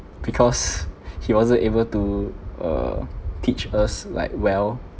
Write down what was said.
because he wasn't able to uh teach us like well